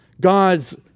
God's